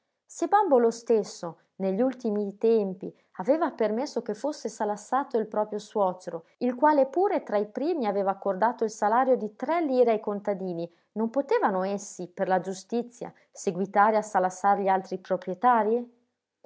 lega se bòmbolo stesso negli ultimi tempi aveva permesso che fosse salassato il proprio suocero il quale pure tra i primi aveva accordato il salario di tre lire ai contadini non potevano essi per la giustizia seguitare a salassar gli altri proprietarii